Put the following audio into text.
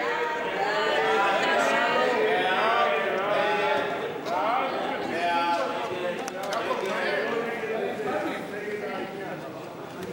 ההצעה להסיר מסדר-היום את הצעת חוק לתיקון פקודת